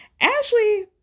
Ashley